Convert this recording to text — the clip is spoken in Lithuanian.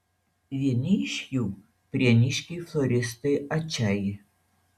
vieni iš jų prieniškiai floristai ačai